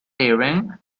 airing